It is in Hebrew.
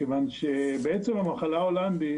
זאת מפני שבעצם המחלה ההולנדית